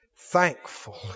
thankful